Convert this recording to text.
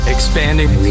Expanding